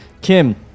Kim